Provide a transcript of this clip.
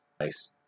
nice